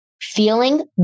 Feeling